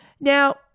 Now